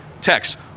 Text